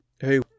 hey